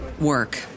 work